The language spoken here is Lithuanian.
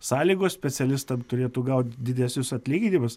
sąlygos specialistam turėtų gaut didesnius atlyginimus